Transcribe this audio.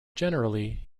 generally